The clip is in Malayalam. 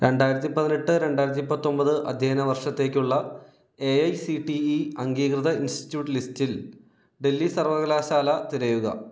രണ്ടായിരത്തി പതിനെട്ട് രണ്ടായിരത്തി പത്തൊമ്പത് അധ്യയന വർഷത്തേക്കുള്ള A I C T E അംഗീകൃത ഇൻസ്റ്റിട്യൂട്ട് ലിസ്റ്റിൽ ഡൽഹി സർവകലാശാല തിരയുക